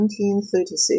1936